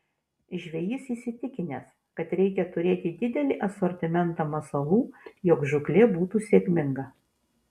žvejys įsitikinęs kad reikia turėti didelį asortimentą masalų jog žūklė būtų sėkminga